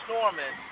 Norman